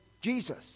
Jesus